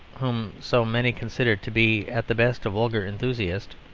whom so many considered to be at the best a vulgar enthusiast,